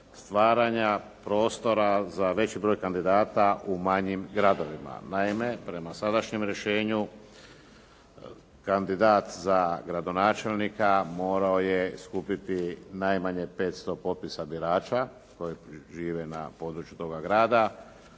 stvaranja prostora za veći broj kandidata u manjim gradovima. Naime, prema sadašnjem rješenju kandidat za gradonačelnika morao je skupiti najmanje 500 potpisa birača koji žive na području toga grada,